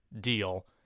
deal